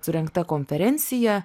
surengta konferencija